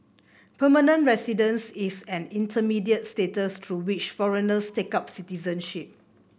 permanent residence is an intermediate status through which foreigners take up citizenship